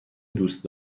دوست